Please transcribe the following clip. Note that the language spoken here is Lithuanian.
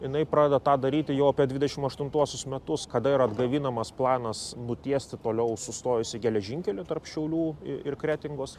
jinai pradeda tą daryti jau apie dvidešimt aštuntuosius metus kada yra atgaivinamas planas nutiesti toliau sustojusį geležinkelį tarp šiaulių ir kretingos